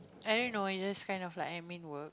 i don't know it just kind of like admin work